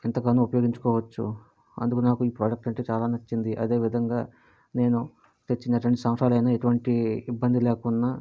ఎంతగానో ఉపయోగించుకోవచ్చు అందుకు నాకు ఈ ప్రొడక్ట్ అంటే చాలా నచ్చింది అదే విధంగా నేను తెచ్చిన రెండు సంవత్సరాలు అయినా ఎటువంటి ఇబ్బంది లేకున్నా